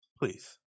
please